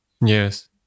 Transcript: Yes